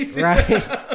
Right